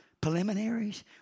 preliminaries